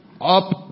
up